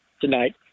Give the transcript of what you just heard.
tonight